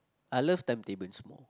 I love time tables more